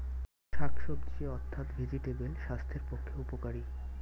শাকসবজি অর্থাৎ ভেজিটেবল স্বাস্থ্যের পক্ষে উপকারী